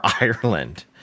Ireland